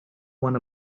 one